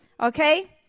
Okay